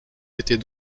était